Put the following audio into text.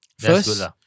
first